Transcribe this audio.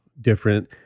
different